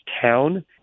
town